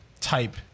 type